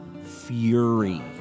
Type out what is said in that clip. fury